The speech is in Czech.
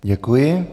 Děkuji.